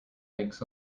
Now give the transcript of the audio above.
hikes